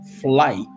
flight